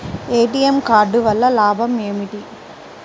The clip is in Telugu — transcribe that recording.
ఏ.టీ.ఎం కార్డు వల్ల లాభం ఏమిటి?